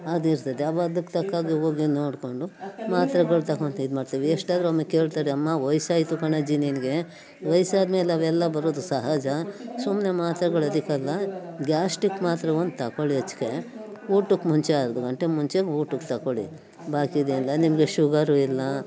ಅದಿರ್ತದೆ ಅವಾಗ ತಕ್ಕಾಗೆ ಹೋಗಿ ನೋಡಿಕೊಂಡು ಮಾತ್ರೆಗಳು ತಗೊಳ್ತಾ ಇದು ಮಾಡ್ತೀವಿ ಎಷ್ಟಾದರೂ ಒಮ್ಮೆ ಕೇಳ್ತಾರೆ ಅಮ್ಮ ವಯಸ್ಸಾಯ್ತು ಕಣಜ್ಜಿ ನಿನಗೆ ವಯ್ಸಾದ ಮೇಲೆ ಅವೆಲ್ಲ ಬರೋದು ಸಹಜ ಸುಮ್ಮನೆ ಮಾತ್ರೆಗಳು ಅದಕ್ಕಲ್ಲ ಗ್ಯಾಸ್ಟಿಕ್ ಮಾತ್ರೆ ಒಂದು ತಗೊಳ್ಳಿ ಆಚೆಗೆ ಊಟಕ್ಕೆ ಮುಂಚೆ ಅರ್ಧ ಗಂಟೆಗೆ ಮುಂಚೆ ಊಟಕ್ಕೆ ತಗೊಳ್ಳಿ ಬಾಕಿದೆಲ್ಲ ನಿಮಗೆ ಶುಗರು ಇಲ್ಲ